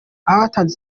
abatanze